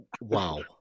Wow